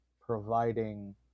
providing